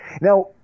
Now